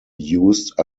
used